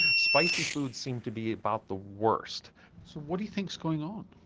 spicy foods seem to be about the worst. so what do you think is going on?